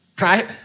Right